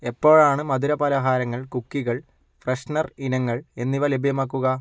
എപ്പോഴാണ് മധുരപലഹാരങ്ങൾ കുക്കികൾ ഫ്രെഷ്നർ ഇനങ്ങൾ എന്നിവ ലഭ്യമാക്കുക